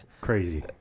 Crazy